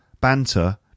banter